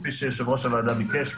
כפי שיושב-ראש הוועדה ביקש,